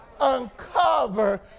uncover